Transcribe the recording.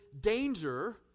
danger